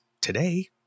today